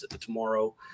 tomorrow